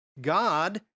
God